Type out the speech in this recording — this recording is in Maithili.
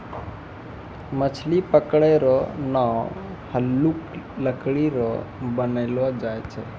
मछली पकड़ै रो नांव हल्लुक लकड़ी रो बनैलो जाय छै